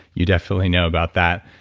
you definitely know about that.